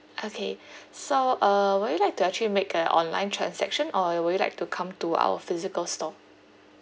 okay so uh would you like to actually make a online transaction or you would you like to come to our physical store